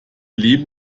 leben